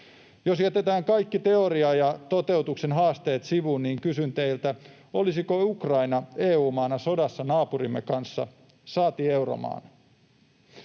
Jos jätetään kaikki teoria ja toteutuksen haasteet sivuun, niin kysyn teiltä: olisiko Ukraina EU-maana sodassa naapurimme kanssa, saati euromaana?